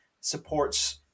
supports